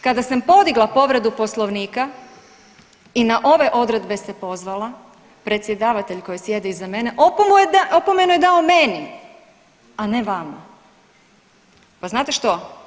Kada sam podigla povredu Poslovnika i na ove odredbe se pozvala predsjedavatelj koji sjedi iza mene opomenu je dao meni, a ne vama, pa znate što?